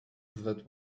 that